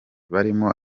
barimo